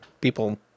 people